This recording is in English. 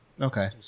Okay